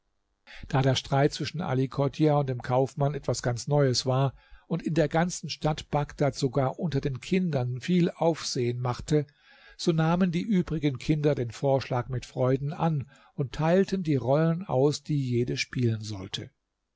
da der streit zwischen ali chodjah und dem kaufmann etwas ganz neues war und in der ganzen stadt bagdad sogar unter den kindern viel aufsehen machte so nahmen die übrigen kinder den vorschlag mit freuden an und teilten die rollen aus die jedes spielen sollte